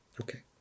Okay